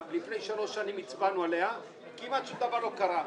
לפני שלוש שנים הצבענו על כל הרפורמה הבנקאית וכמעט שום דבר לא קרה.